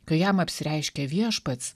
kai jam apsireiškė viešpats